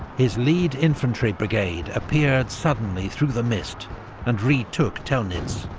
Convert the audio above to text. his lead infantry brigade appeared suddenly through the mist and retook telnitz,